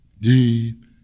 Deep